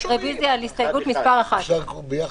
רוויזיה על הסתייגות מס' 1. אפשר ביחד?